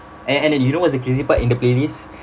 and and you know what's the crazy part in the playlist